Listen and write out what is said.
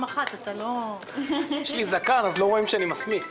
מאז שנכנסת למשרד אנחנו רואים שנכנסת